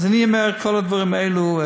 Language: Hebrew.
אז אני אומר, כל הדברים האלו,